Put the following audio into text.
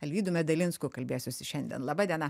alvydu medalinsku kalbėsiuosi šiandien laba diena